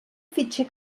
fitxer